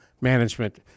Management